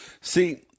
See